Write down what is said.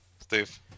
Steve